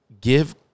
give